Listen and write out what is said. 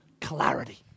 clarity